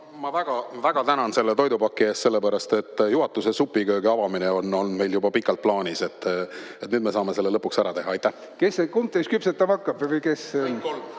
Ma väga tänan selle toidupaki eest, sellepärast et juhatuse supiköögi avamine on meil olnud juba pikalt plaanis. Nüüd me saame selle lõpuks ära teha. Aitäh! Kes siis, kumb teist küpsetama hakkab? Kes